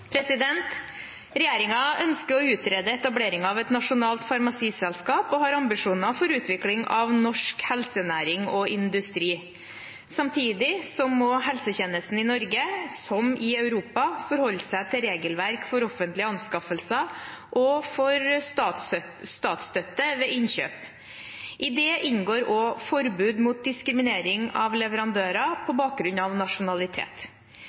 ønsker å utrede etableringen av et nasjonalt farmasiselskap og har ambisjoner for utvikling av norsk helsenæring og -industri. Samtidig må helsetjenesten i Norge, som i Europa, forholde seg til regelverk for offentlige anskaffelser og for statsstøtte ved innkjøp. I det inngår også forbud mot diskriminering av leverandører på bakgrunn av nasjonalitet.